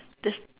there's